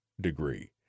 degree